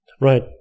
right